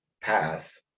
path